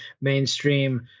mainstream